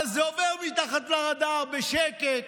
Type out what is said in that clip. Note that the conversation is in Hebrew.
אבל זה עובר מתחת לרדאר, בשקט.